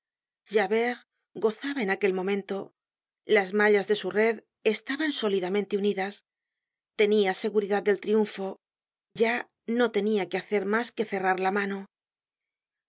esta opresion javert gozaba en aquel momento las mallas de su red estaban sólidamente unidas tenia seguridad del triunfo ya no tenia que hacer mas que cerrar la mano iba